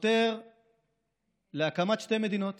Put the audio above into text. חותר להקמת שתי מדינות